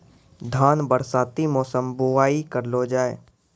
धान बरसाती मौसम बुवाई करलो जा?